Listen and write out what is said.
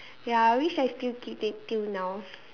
ya I wish I still keep it till now